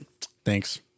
Thanks